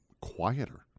quieter